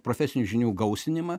profesinių žinių gausinimą